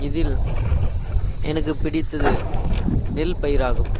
இதில் எனக்கு பிடித்தது நெல் பயிராகும்